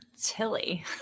Tilly